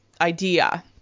idea